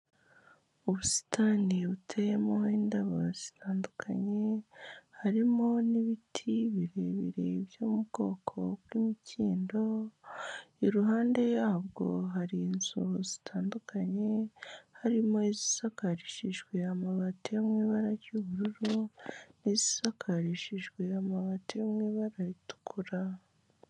Ubusitani buteyemo indabo zitandukanye harimo n'ibiti birebire byo mu bwoko bw'imikindo, iruhande yabwo hari inzu zitandukanye harimo izisakarishijwe amabati yo mu ibara ry'ubururu n'izisakarishijwe amabati yo mu ibara ritukura.